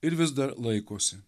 ir vis dar laikosi